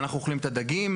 ואנחנו אוכלים את הדגים.